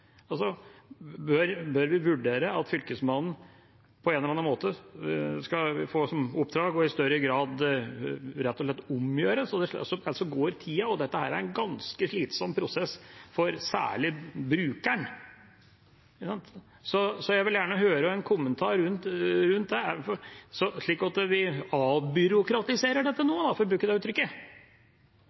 Bør vi vurdere om Fylkesmannen på en eller annen måte skal få som oppdrag i større grad rett og slett å omgjøre vedtak? Eller så går tida, og dette er en ganske slitsom prosess, særlig for brukeren. Så jeg vil gjerne høre en kommentar rundt det, slik at vi avbyråkratiserer dette nå, for å bruke det uttrykket.